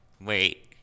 Wait